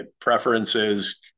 preferences